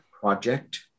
project